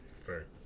Fair